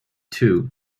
too